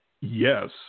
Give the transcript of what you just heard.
Yes